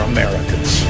Americans